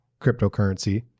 cryptocurrency